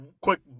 quick